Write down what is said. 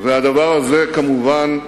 והדבר הזה, כמובן,